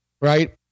Right